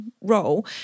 role